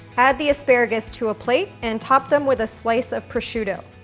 add the asparagus to a plate and top them with a slice of prosciutto.